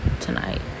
tonight